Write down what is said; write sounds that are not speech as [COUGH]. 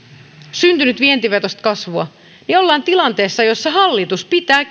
syntynyt vientivetoista kasvua niin ollaan tilanteessa jossa hallitus pitää [UNINTELLIGIBLE]